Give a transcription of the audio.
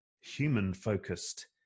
human-focused